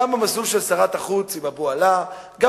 גם במסלול של שרת החוץ עם אבו עלא וגם